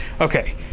Okay